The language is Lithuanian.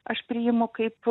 aš priimu kaip